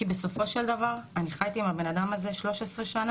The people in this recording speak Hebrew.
כי בסופו של דבר אני חייתי עם הבן אדם הזה 13 שנה,